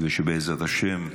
(תיקון מס'